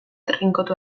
trinkotu